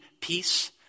peace